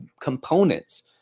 components